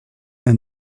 and